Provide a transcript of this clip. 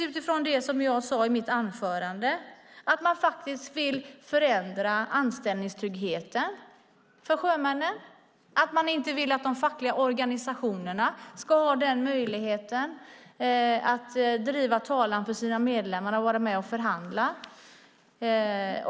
Är det, som jag sade i mitt anförande, så att man faktiskt vill förändra anställningstryggheten för sjömännen? Vill man inte att de fackliga organisationerna ska ha möjlighet att driva talan för sina medlemmar och vara med och förhandla?